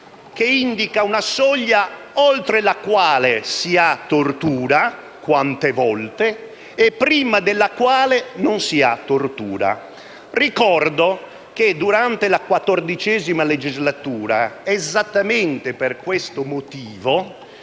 che indica una soglia oltre la quale si ha tortura, il «quante volte», e prima della quale non si ha tortura. Ricordo che durante la XIV legislatura, esattamente per questo motivo,